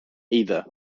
either